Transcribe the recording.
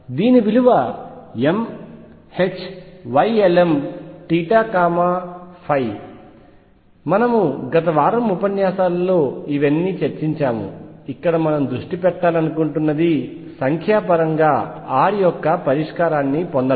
దీని విలువ m Ylmθϕ మనము గత వారం ఉపన్యాసాలలో ఇవన్నీ చర్చించాము ఇక్కడ మనం దృష్టి పెట్టాలనుకుంటున్నది సంఖ్యాపరంగా r యొక్క పరిష్కారాన్ని పొందడం